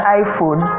iphone